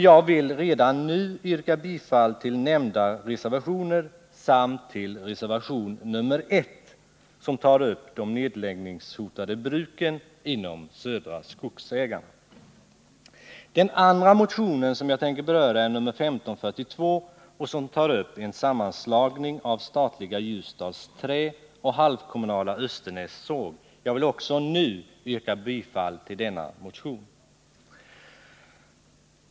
Jag vill redan nu yrka bifall till nämnda reservationer samt till reservation nr I, som tar upp de nedläggningshotade bruken inom Södra Skogsägarna, Den andra motion som jag tänker beröra är motion nr 1542, som tar upp frågan om en sammanslagning av statliga Ljusdals Trä och halvkommunala Östernäs Såg. Jag vill redan nu yrka bifall också till denna motion.